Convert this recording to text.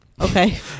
Okay